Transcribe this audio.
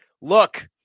look